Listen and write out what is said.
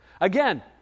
Again